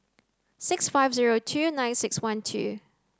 six five zero two nine six one two